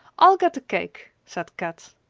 i'll get the cake, said kat.